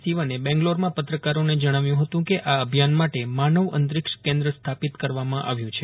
સીવને બેંગ્લોરમાં પત્રકારોને જષ્માવ્યું હતું કે આ અભિયાન માટે માનવ અંતરિક્ષ કેન્દ્ર સ્થાપિત કરવામાં આવ્યું છે